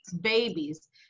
babies